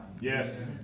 Yes